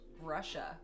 Russia